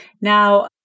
Now